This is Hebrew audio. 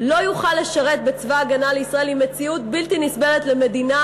לא יוכלו לשרת בצבא הגנה לישראל היא מציאות בלתי נסבלת למדינה